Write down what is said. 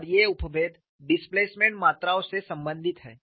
और ये उपभेद डिस्प्लेसमेंट मात्राओं से संबंधित हैं